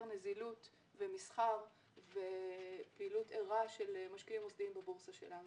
נזילות ומסחר ופעילות ערה של משקיעים מוסדיים בבורסה שלנו.